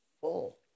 full